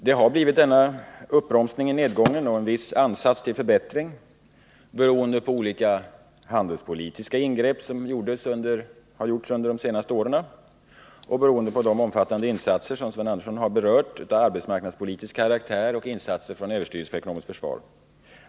Det har blivit en uppbromsning i nedgången och en viss ansats till förbättring, beroende på olika handelspolitiska ingrepp som har gjorts under de senaste åren och beroende på de omfattande insatser, som Sven Andersson har berört, av arbetsmarknadspolitisk karaktär och insatser från överstyrelsen för ekonomiskt försvar.